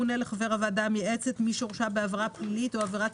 לדיון הבא תביאו נוסח שאומר שכניסה לעולם המוניות וההפעלה של